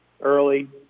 early